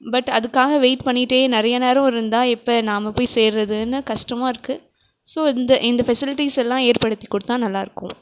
but அதுக்காக wait பண்ணிகிட்டே நிறைய நேரம் இருந்தால் எப்போ நாம போய் சேர்றதுன்னு கஷ்டமாக இருக்கு ஸோ இந்த இந்த ஃபெசிலிட்டிஸ் எல்லாம் ஏற்படுத்தி கொடுத்தா நல்லாயிருக்கும்